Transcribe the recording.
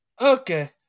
Okay